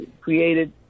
created